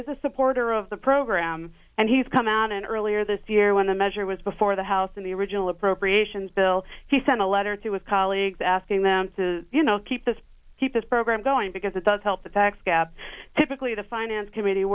is a supporter of the program and he's come out and earlier this year when the measure was before the house in the original appropriations bill he sent a letter through with colleagues asking them to you know keep this keep this program going because it does help the facts gap typically the finance committee